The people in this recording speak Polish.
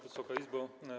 Wysoka Izbo!